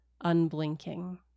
unblinking